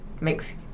makes